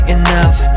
enough